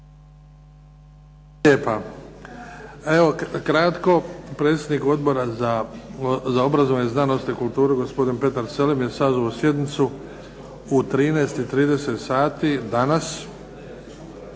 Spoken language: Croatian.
lijepa. Evo kratko, predsjednik Odbora za obrazovanje, znanost i kulturu gospodin Petar Selem je sazvao sjednicu u 13,30 sati, danas